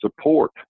support